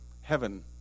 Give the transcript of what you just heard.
heaven